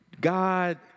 God